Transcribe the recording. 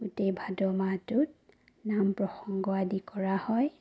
গোটেই ভাদ মাহটোত নাম প্ৰসংগ আদি কৰা হয়